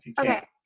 Okay